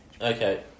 Okay